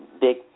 big